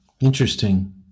interesting